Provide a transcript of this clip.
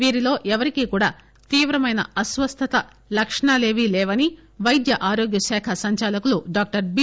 వీరిలో ఎవ్వరికీ తీవ్రమైన అస్వస్థత లక్షణాలు లేవని వైద్య ఆరోగ్య శాఖ సంచాలకుడు డాక్టర్ బి